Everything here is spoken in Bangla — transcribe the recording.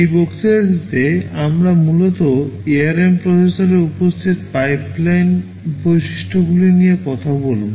এই বক্তৃতাটিতে আমরা মূলত উপস্থিত পাইপলাইন বৈশিষ্ট্যগুলি নিয়ে কথা বলব